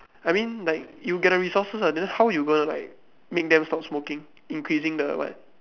I mean like you get the resources ah then how you gonna like make them stop smoking increasing the what